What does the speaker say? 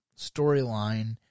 storyline